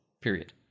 period